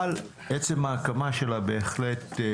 אבל עצם ההקמה שלה בהחלט מעודדת